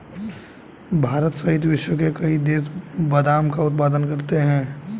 भारत सहित विश्व के कई देश बादाम का उत्पादन करते हैं